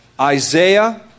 Isaiah